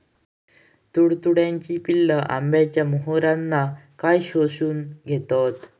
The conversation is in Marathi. तुडतुड्याची पिल्ला आंब्याच्या मोहरातना काय शोशून घेतत?